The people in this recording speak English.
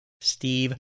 Steve